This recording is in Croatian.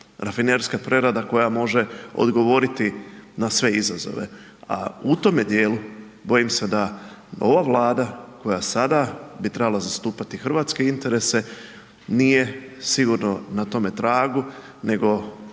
rafinerijska prerada koja može odgovoriti na sve izazove, a u tome dijelu, bojim se da ova Vlada koja sada bi trebala zastupati hrvatske interese, nije sigurno na tome tragu, nego